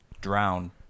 drown